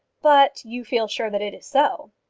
but you feel sure that it is so?